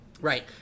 Right